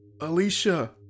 Alicia